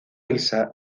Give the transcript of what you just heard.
lisa